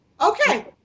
okay